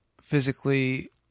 physically